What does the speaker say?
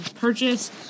purchase